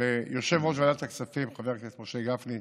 תודה ליושב-ראש ועדת הכספים חבר הכנסת משה גפני,